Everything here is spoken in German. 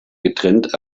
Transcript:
getrennt